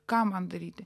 ką man daryti